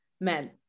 men